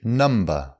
number